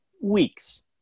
weeks